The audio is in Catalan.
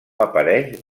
apareix